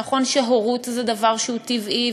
נכון שהורות זה דבר שהוא טבעי,